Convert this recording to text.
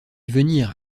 venir